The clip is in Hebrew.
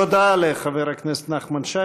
תודה לחבר הכנסת נחמן שי.